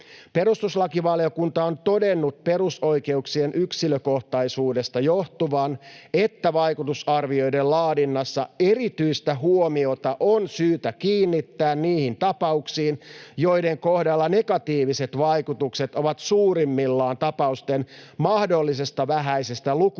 ”Perustuslakivaliokunta on todennut perusoikeuksien yksilökohtaisuudesta johtuvan, että vaikutusarvioiden laadinnassa erityistä huomiota on syytä kiinnittää niihin tapauksiin, joiden kohdalla negatiiviset vaikutukset ovat suurimmillaan tapausten mahdollisesta vähäisestä lukumäärästä